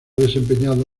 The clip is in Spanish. desempeñado